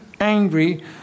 angry